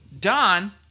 Don